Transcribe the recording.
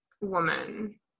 woman